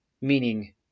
meaning